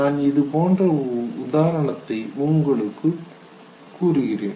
நான் இது போன்ற ஒரு உதாரணத்தை உங்களுக்கு இப்போது கூறுகிறேன்